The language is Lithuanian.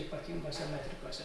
ypatinguose metrikuose